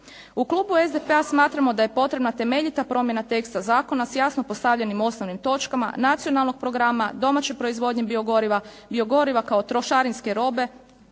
U klubu SDP-a smatramo da je potrebna temeljita promjena teksta zakona, s jasno postavljenim osnovnim točkama, nacionalnog programa, domaće proizvodnje biogoriva, biogoriva kao trošarinske robe